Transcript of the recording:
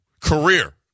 Career